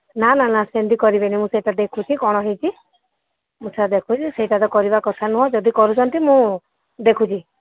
ନା ନା ନା ସେମିତି କରିବେନି ମୁଁ ସେଇଟା ଦେଖୁଛି କ'ଣ ହୋଇଛି ମୁଁ ସେଇଟା ଦେଖୁଛି ସେଇଟା କରିବା କଥା ନୁହେଁ ଯଦି କରୁଛନ୍ତି ମୁଁ ଦେଖୁଛି